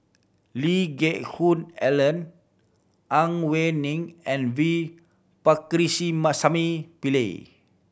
Lee Geck Hoon Ellen Ang Wei Neng and V Pakirisamy Pillai